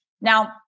Now